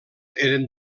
eren